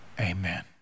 amen